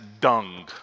dung